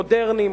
מודרניים,